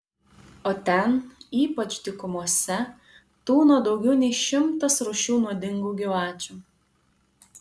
o ten ypač dykumose tūno daugiau nei šimtas rūšių nuodingų gyvačių